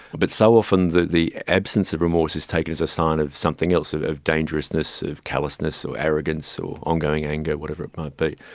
but so often the the absence of remorse is taken as a sign of something else, of of dangerousness, of callousness or arrogance or ongoing anger, whatever it might be.